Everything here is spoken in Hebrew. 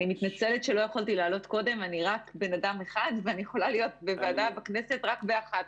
אני ענת כהן ואני מנהלת את המחלקה לפיתוח חוויה חינוכית בעיריית